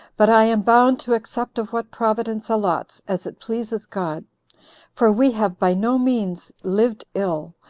but i am bound to accept of what providence allots, as it pleases god for we have by no means lived ill,